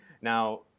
Now